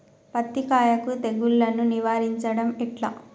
పత్తి కాయకు తెగుళ్లను నివారించడం ఎట్లా?